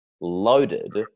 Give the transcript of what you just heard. loaded